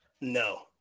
no